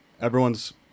everyone's